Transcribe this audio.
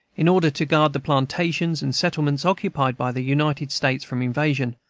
in order to guard the plantations and settlements occupied by the united states from invasion,